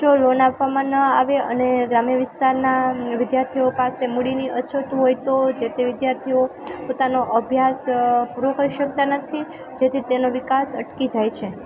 જો લોન આપવામાં ન આવે અને ગ્રામ્ય વિસ્તારના વિદ્યાર્થીઓ પાસે મૂડીની અછત હોય હોય તો જે તે વિદ્યાર્થીઓ પોતાનો અભ્યાસ પૂરો કરી શકતા નથી જેથી તેનો વિકાસ અટકી જાય છે